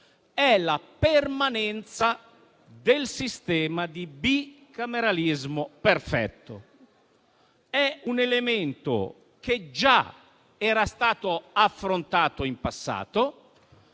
è la permanenza del sistema di bicameralismo perfetto. È un elemento che già era stato affrontato in passato